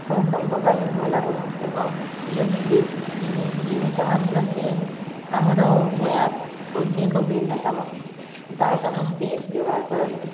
ସମସ୍ତଙ୍କ ପାଇଁ ଭଲ ହେବ ଏବଂ ଇଲେକ୍ଟ୍ରି ଜି ଜିନିଷ ମାତ୍ରକେ ଆମର ୱାୟାର୍ ହେଉଛି ଏକ ଭିନ୍ନତମ ତାହା ସମସ୍ତେ ବ୍ୟବହାର କରନ୍ତୁ